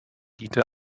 diente